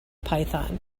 python